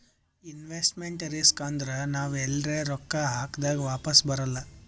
investment risk ಅಂದುರ್ ನಾವ್ ಎಲ್ರೆ ರೊಕ್ಕಾ ಹಾಕ್ದಾಗ್ ವಾಪಿಸ್ ಬರಲ್ಲ